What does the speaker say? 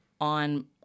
on